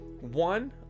One